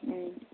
उम